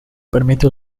permite